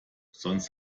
sonst